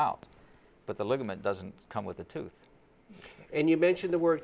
out but the ligament doesn't come with a tooth and you mention the word